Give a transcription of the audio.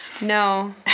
No